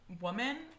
woman